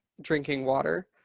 drinking water.